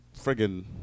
friggin